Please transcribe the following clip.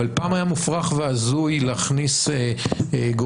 אבל פעם היה מופרך והזוי להכניס גורמים